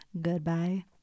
goodbye